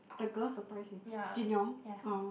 the girls surprise him Jin-Young oh